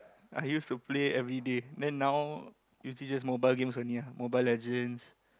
I used to play everyday then now usually just mobile games only ah Mobile-Legends